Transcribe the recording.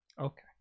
Okay